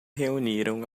reuniram